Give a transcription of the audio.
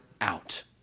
out